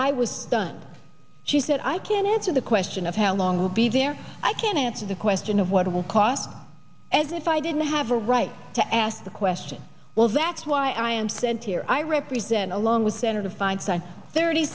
i was done she said i can't answer the question of how long i'll be there i can't answer the question of what it will cost as if i didn't have a right to ask the question well that's why i am sent here i represent along with senator feinstein thirty